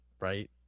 right